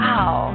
Wow